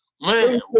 Man